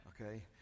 okay